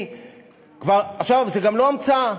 זה גם לא המצאה,